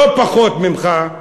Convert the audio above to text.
לא פחות ממך,